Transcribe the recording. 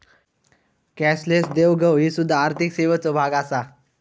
cashless देवघेव ही सुध्दा आर्थिक सेवेचो भाग आसा